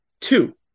Two